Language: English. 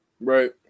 Right